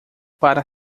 para